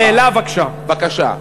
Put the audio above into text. שאלה בבקשה.